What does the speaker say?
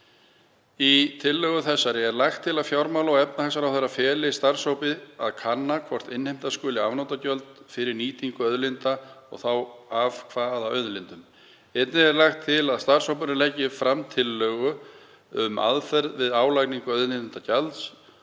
Í tillögu þessari er lagt til að fjármála- og efnahagsráðherra feli starfshópi að kanna hvort innheimta skuli afnotagjald fyrir nýtingu auðlinda og þá af hvaða auðlindum. Einnig er lagt til að starfshópurinn leggi fram tillögu um aðferð við álagningu auðlindagjalds